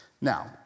Now